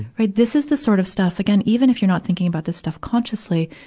right, this is the sort of stuff, again, even if you're not thinking about this stuff consciously,